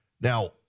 Now